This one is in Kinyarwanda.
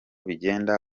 bigenda